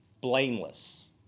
blameless